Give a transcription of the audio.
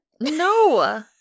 No